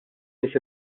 nies